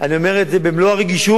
אני אומר את זה במלוא הרגישות,